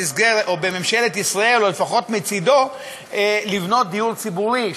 או בממשלת ישראל או לפחות מצדו לבניית דיור ציבורי,